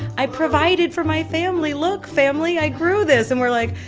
i provided for my family look, family, i grew this. and we're like,